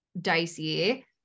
dicey